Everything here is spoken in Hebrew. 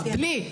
בלי.